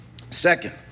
Second